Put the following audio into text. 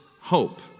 hope